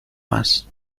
más